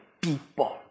people